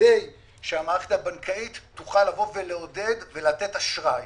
בכדי שהמערכת הבנקאית תוכל לתת אשראי.